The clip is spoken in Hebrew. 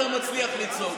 אתה מצליח לצעוק.